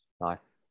nice